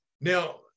Now